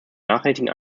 nachhaltigen